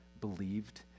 believed